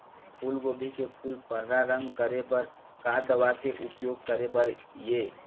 फूलगोभी के फूल पर्रा रंग करे बर का दवा के उपयोग करे बर ये?